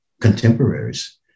contemporaries